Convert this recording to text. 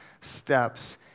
steps